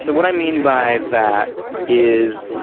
so what i mean by that is,